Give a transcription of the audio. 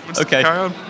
Okay